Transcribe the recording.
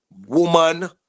woman